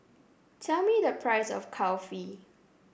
tell me the price of Kulfi